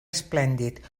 esplèndid